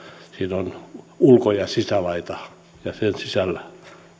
siinä on ulko ja sisälaita ja sen sisällä